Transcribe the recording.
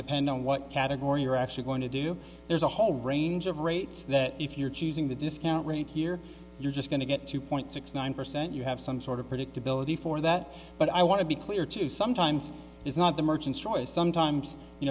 depend on what category you're actually going to do there's a whole range of rates that if you're choosing the discount rate here you're just going to get two point six nine percent you have some sort of predictability for that but i want to be clear too sometimes it's not the merchants choice sometimes you